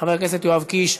חבר הכנסת יואב קיש.